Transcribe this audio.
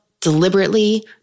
deliberately